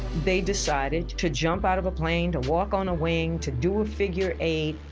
they decided to jump out of a plane, to walk on a wing, to do a figure eight.